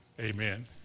Amen